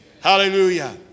Hallelujah